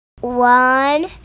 One